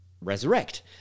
resurrect